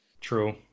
True